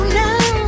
now